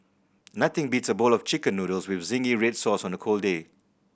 nothing beats a bowl of Chicken Noodles with zingy red sauce on a cold day